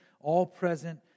all-present